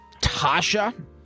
Tasha